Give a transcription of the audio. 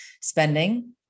spending